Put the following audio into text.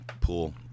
pool